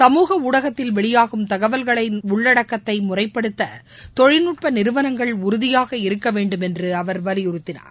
சமூக ஊடகத்தில் வெளியாகும் தகவல்களின் உள்ளடக்கத்தை முறைப்படுத்த தொழில்நட்ப நிறுவனங்கள் உறுதியாக இருக்க வேண்டுமென்று அவர் வலியுறுத்தினார்